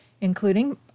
including